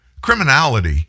criminality